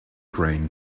grain